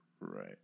Right